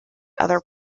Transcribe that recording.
other